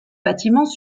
bâtiments